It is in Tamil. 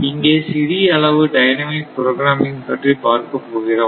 இங்கே சிறிய அளவு டைனமிக் ப்ரோக்ராமிங் பற்றி பார்க்க போகிறோம்